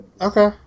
Okay